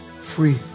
Free